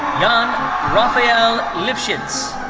yann raphael lifchitz.